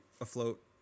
afloat